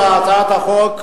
אדוני היושב-ראש,